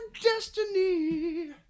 destiny